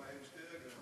על שתי רגליים.